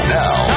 now